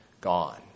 gone